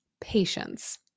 patience